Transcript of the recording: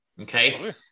Okay